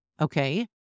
Okay